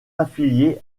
affiliés